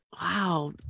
Wow